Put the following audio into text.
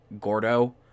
gordo